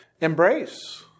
embrace